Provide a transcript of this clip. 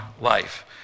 life